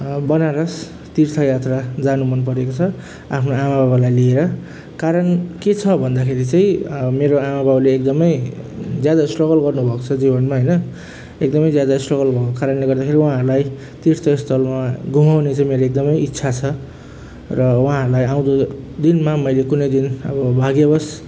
बनारस तीर्थयात्रा जानु मनपरेको छ आफ्नो आमाबाबालाई लिएर कारण के छ भन्दाखेरि चाहिँ मेरो आमाबाबुले एकदमै ज्यादा स्ट्रगल गर्नुभएको छ जीवनमा होइन एकदमै ज्यादा स्ट्रगल भएको कारणले गर्दाखेरि उहाँहरूलाई तीर्थस्थलमा घुमाउने चाहिँ मेरो एकदमै इच्छा छ र उहाँहरूलाई आउँदो दिनमा मैले कुनै दिन अब भाग्यवस